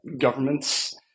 governments